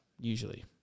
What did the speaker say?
usually